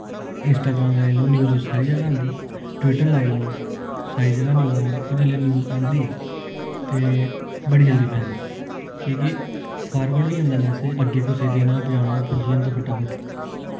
Instagram लाई लाओ news सारी जगह औंदी ट्विटर लाई लाओ सारी जगह न्यूज औंदी और जिसलै न्यूज औंदी ते बड़ी जल्दी फैलदी की कि फारवर्ड होई जंदा मैसेज अग्गें कुसै देना होग पजाना होग पुज्जी जंदा फटाफट